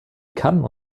kann